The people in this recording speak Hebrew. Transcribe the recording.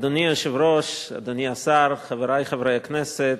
אדוני היושב-ראש, אדוני השר, חברי חברי הכנסת,